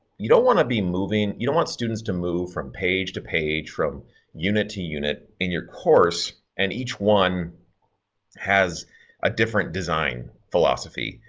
you don't want to be moving, you don't want students to move from page to page, from unit to unit in your course, and each one has a different design philosophy,